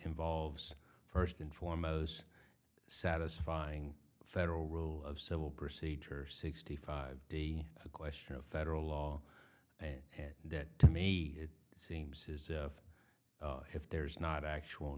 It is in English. involves first and foremost satisfying federal rule of civil procedure sixty five the question of federal law and that to me it seems is if there's not actual